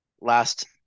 last